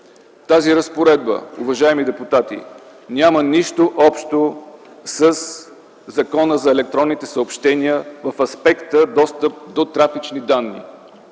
го обяснихме, уважаеми депутати, няма нищо общо със Закона за електронните съобщения в аспекта достъп до трафични данни.